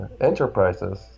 enterprises